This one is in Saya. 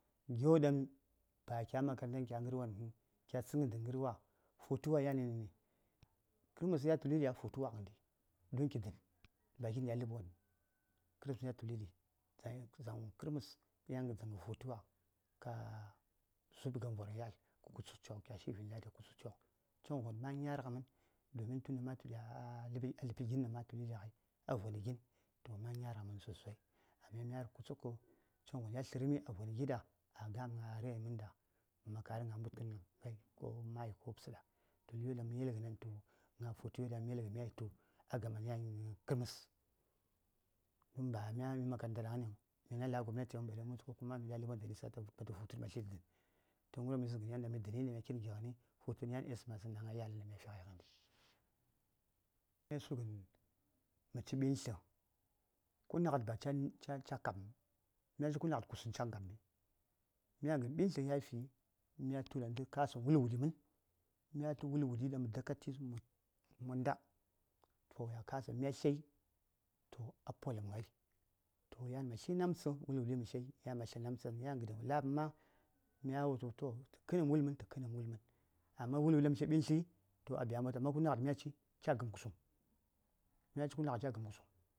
Gyoɗaŋ ba kya makaranta kya ghərwon huŋ kya tsənghən dən ghərwa hutu wa yan nə ni kərməs ya tuli ɗi hutuwa ghəndi don ki dən ba kin ɗi a ləbwon huŋ kərməs ya tuli ɗi dzaŋ kərməs yan dzaŋ hutuwa ka zub gamvwaraŋ yatl kə kutsuk coŋ kya shi vinladi kə kə kutsuk coŋ coŋvon ma nyar ghəmən domin tun ɗan ma tul a ləpi gin tun ɗaŋ ma tuli ɗi a voni gin ma nyar ghəmən sosai mya kutsukkə coŋvon ya tlərmi a voni gi: ɗa a gam gna rai yen mən ɗa a man karam gna mbudkən ghai ko mayi ko wubsə ɗa toh ghəryo ɗaŋ mə yel ghən gna hutu wan ɗaŋ mya tugən tu a gaman yani kərməs domin mya makaranta ɗaŋniŋ ba mya la: gobnatiŋ miɗi a ləbwon da nisa daŋ ma wultu ma tu hutui ta mə tli ɗi dənəŋ toh ghənwon ɗan mə yisəŋ yan ɗan mi dəni mya la: kitan gighəni hutu ghən yan nə xmas sən ɗaŋ a yalən di, mə tugən mə ci ɓintlə kunaghat ba ca kabməŋ myaci kunaghad kusuŋ ca ngabmi myan gən ɓintli yafi mya tu ɗan tə ka:səm wulwuɗi mən mya tu wulwuɗi ɗan mə daka ti monda to ya ksəmən ɗan mya tlye toh a polum ghai toh yan ma tli namtsə mə mbimə tlər yan gəden wo la:bəm ma mya wultə tu to tə kə:nəm wulmən tə kə:nəm mən amma wuli ɗan mə tlya ɓintli a biya bukatai amma kanaghad ca gəm kusuŋ mya ci kunaghad ca gəm kusuŋ